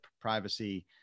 privacy